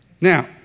Now